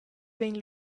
vegn